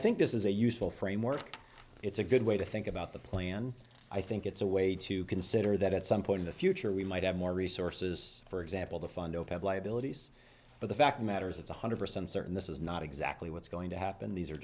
think this is a useful framework it's a good way to think about the plan i think it's a way to consider that at some point in the future we might have more resources for example the fund open liabilities but the fact matters it's one hundred percent certain this is not exactly what's going to happen these are